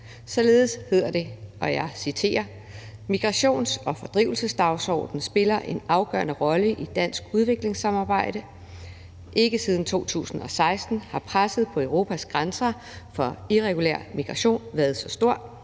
Således hedder det, og jeg citerer: »Migrations- og fordrivelsesdagsordenen spiller også en afgørende rolle i dansk udviklingssamarbejde. Ikke siden 2016 har presset på Europas grænser fra irregulær migration været så stort.«